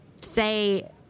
say